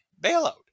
bailout